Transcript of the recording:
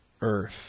earth